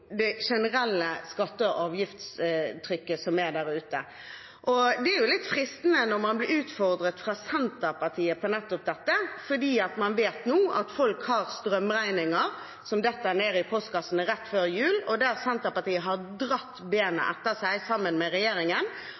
det om det generelle skatte- og avgiftstrykket. Og det er jo litt fristende å kommentere det når man blir utfordret av Senterpartiet på nettopp dette, for man vet nå at folk får strømregninger som detter ned i postkassene rett før jul. Her har Senterpartiet har dratt bena etter seg, sammen med regjeringen,